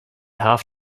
half